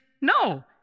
no